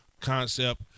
concept